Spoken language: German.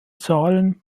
zahlen